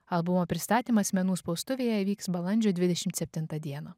albumo pristatymas menų spaustuvėje įvyks balandžio dvidešimt septintą dieną